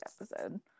episode